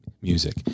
music